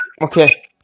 Okay